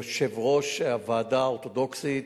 יושב-ראש האגודה האורתודוקסית,